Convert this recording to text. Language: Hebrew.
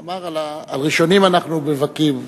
הוא אמר: על ראשונים אנחנו מבכים,